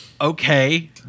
Okay